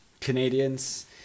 Canadians